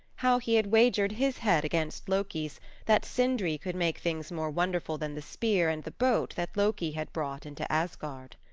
how he had wagered his head against loki's that sindri could make things more wonderful than the spear and the boat that loki had brought into asgard.